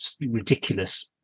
ridiculous